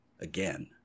again